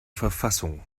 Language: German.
verfassung